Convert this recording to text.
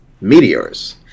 meteors